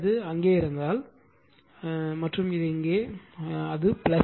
எனவே அது இங்கே இருந்தால் அல்லது இங்கே இருந்தால் அது